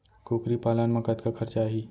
कुकरी पालन म कतका खरचा आही?